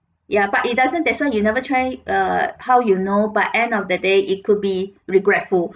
ya but it doesn't that's why you never try err how you know by end of the day it could be regretful